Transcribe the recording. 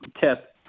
tip